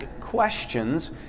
questions